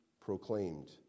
proclaimed